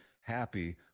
happy